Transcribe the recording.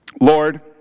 Lord